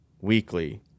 weekly